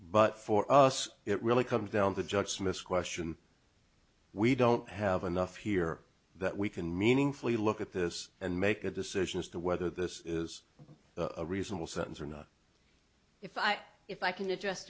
but for us it really comes down to judge smith's question we don't have enough here that we can meaningfully look at this and make a decision as to whether this is a reasonable sentence or not if i if i can address